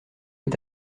est